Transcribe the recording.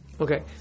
Okay